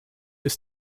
ist